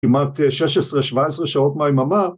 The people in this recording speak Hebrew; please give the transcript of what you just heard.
‫כמעט 16-17 שעות, מהיממה